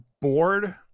bored